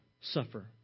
suffer